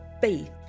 faith